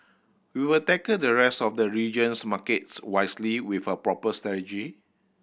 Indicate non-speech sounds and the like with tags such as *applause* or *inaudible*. we will tackle the rest of the region's markets wisely with a proper *unintelligible*